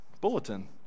bulletin